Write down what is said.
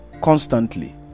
constantly